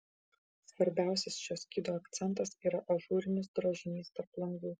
svarbiausias šio skydo akcentas yra ažūrinis drožinys tarp langų